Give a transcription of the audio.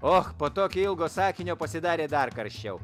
och po tokio ilgo sakinio pasidarė dar karščiau